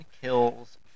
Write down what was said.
kills